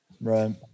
Right